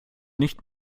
nicht